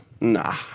Nah